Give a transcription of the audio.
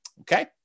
Okay